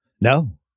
No